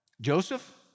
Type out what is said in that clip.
Joseph